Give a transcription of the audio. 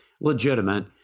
legitimate